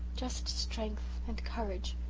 just strength and courage.